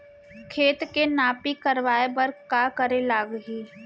खेत के नापी करवाये बर का करे लागही?